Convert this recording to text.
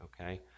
okay